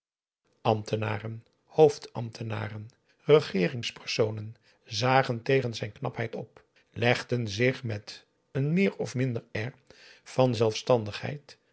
ambtenaren hoofdambtenaren regeeringspersonen zagen tegen zijn knapheid op legden zich met een meer of minder air van zelfstandigheid